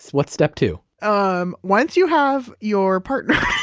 what's step two? um once you have your partner.